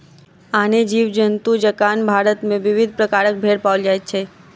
आने जीव जन्तु जकाँ भारत मे विविध प्रकारक भेंड़ पाओल जाइत छै